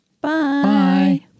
Bye